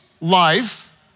life